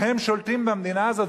והם שולטים במדינה הזאת,